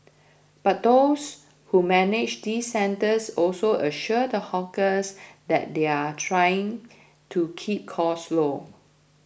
but those who manage these centres also assure the hawkers that they are trying to keep costs low